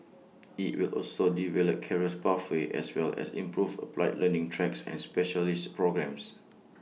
IT will also develop careers pathways as well as improve applied learning tracks and specialist programmes